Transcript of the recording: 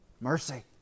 mercy